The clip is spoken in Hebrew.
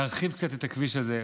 להרחיב קצת את הכביש הזה.